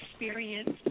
experience